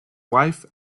wife